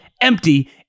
empty